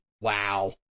wow